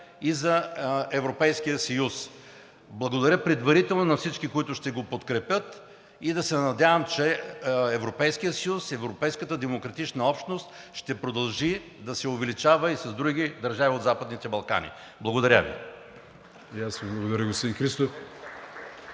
и за Европейския съюз. Благодаря предварително на всички, които ще го подкрепят, и да се надявам, че Европейският съюз, европейската демократична общност ще продължи да се увеличава и с други държави от Западните Балкани. Благодаря Ви.